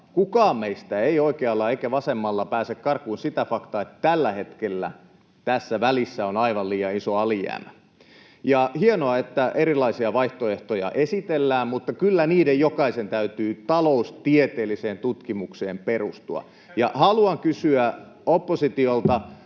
kukaan meistä ei oikealla eikä vasemmalla pääse karkuun sitä faktaa, että tällä hetkellä tässä välissä on aivan liian iso alijäämä. Hienoa, että erilaisia vaihtoehtoja esitellään, mutta kyllä niiden jokaisen täytyy taloustieteelliseen tutkimukseen perustua. Haluan kysyä oppositiolta: